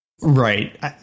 Right